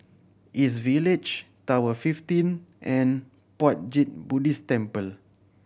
East Village Tower fifteen and Puat Jit Buddhist Temple